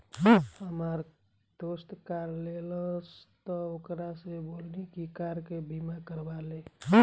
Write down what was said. हामार दोस्त कार लेहलस त ओकरा से बोलनी की कार के बीमा करवा ले